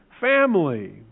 family